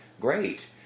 great